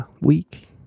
week